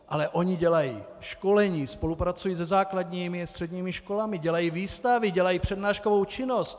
Ale oni dělají školení, spolupracují se základními a středními školami, dělají výstavy, dělají přednáškovou činnost.